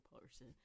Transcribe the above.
person